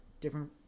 Different